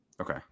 okay